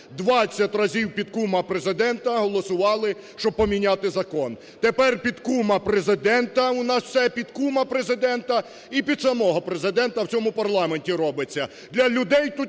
20 разів під кума Президента голосували, щоб поміняти закон. Тепер під кума Президента… У нас все під кума Президента і під самого Президента у цьому парламенті робиться,